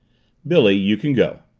billy you can go.